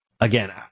Again